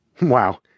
Wow